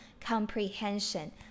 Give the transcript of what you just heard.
comprehension